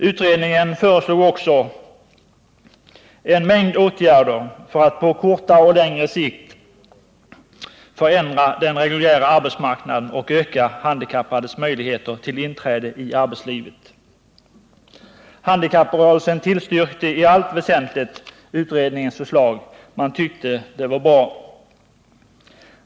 Utredningen föreslog också en mängd åtgärder för att på kortare och längre sikt förändra den reguljära arbetsmarknaden och öka handikappades möjligheter till inträde i arbetslivet. Handikapprörelsen tillstyrkte i allt väsentligt utredningens förslag. Man tyckte det var bra.